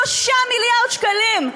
3 מיליארד שקלים,